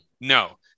No